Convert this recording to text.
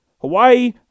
Hawaii